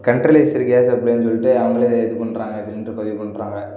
centralised gas அப்படினு சொல்லிட்டு அவங்களே இது பண்ணுறாங்க சிலிண்ட்ரு பதிவு பண்ணுறாங்க